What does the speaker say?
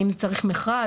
האם צריך מכרז,